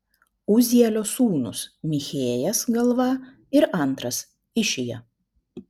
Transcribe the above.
uzielio sūnūs michėjas galva ir antras išija